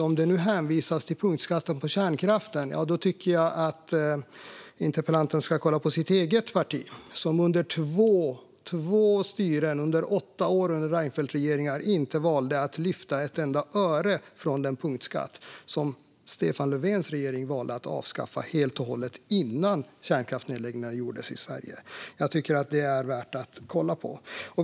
Då det hänvisades till punktskatten på kärnkraft tycker jag att interpellanten ska kolla på sitt eget parti, som under åtta år med Reinfeldtregeringar valde att inte lyfta ett enda öre från den punktskatt som Stefan Löfvens regering sedan valde att avskaffa helt och hållet, innan kärnkraftsnedläggningarna gjordes i Sverige. Jag tycker att detta är värt att kolla på.